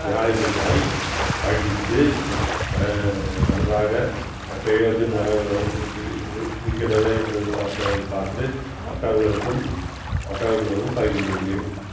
நாளிதழ்களை படித்து நன்றாக பிரயோஜனமாக இருக்கின்றதா என்பதை பார்த்து மற்றவர்களுக்கும் மற்றவர்களிடமும் பகிர்ந்து கொள்வேன்